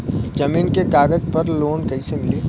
जमीन के कागज पर लोन कइसे मिली?